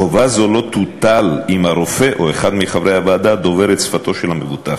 חובה זו לא תוטל אם הרופא או אחד מחברי הוועדה דובר את שפתו של המבוטח.